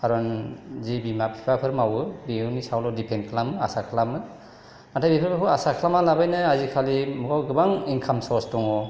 कारन जि बिमा बिफाफोर मावो बेनि सायावल' डिपेन्ड खालामो आसा खालामो नाथाय बेफोरखौ आसा खालामालाबानो आजिकालि मुगायाव गोबां इनकाम सर्स दङ